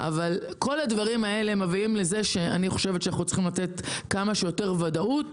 כל הדברים האלה מביאים לזה שאנחנו צריכים לתת כמה שיותר ודאות